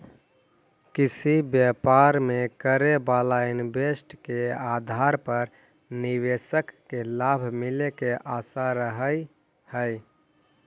किसी व्यापार में करे वाला इन्वेस्ट के आधार पर निवेशक के लाभ मिले के आशा रहऽ हई